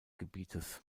gebietes